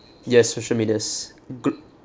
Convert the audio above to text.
yes social medias glo~